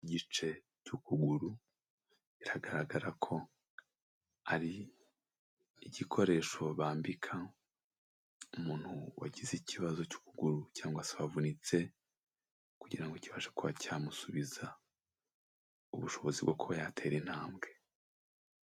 Igice cy'ukuguru, biragaragara ko ari igikoresho bambika umuntu wagize ikibazo cy'ukuguru cyangwa se wavunitse kugira kibashe kuba cyamusubiza ubushobozi bwo kuba yatera intambwe.